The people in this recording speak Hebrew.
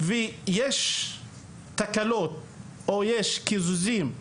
ויש תקלות או יש קיזוזים,